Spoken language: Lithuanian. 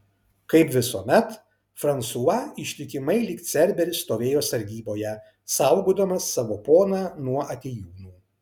kaip visuomet fransua ištikimai lyg cerberis stovėjo sargyboje saugodamas savo poną nuo atėjūnų